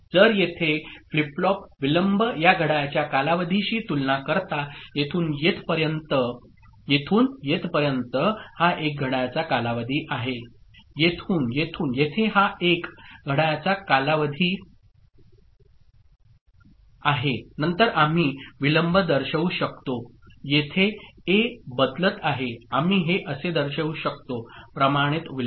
जर येथे flip flop विलंब या घड्याळाच्या कालावधीशी तुलना करता येथून येथपर्यंत हा एक घड्याळाचा कालावधी आहे येथून येथून येथे हा एक घड्याळाचा कालावधी आहे नंतर आम्ही विलंब दर्शवू शकतो येथे ए बदलत आहे आम्ही हे असे दर्शवू शकतो प्रमाणित विलंब